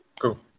cool